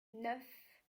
neuf